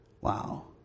Wow